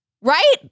Right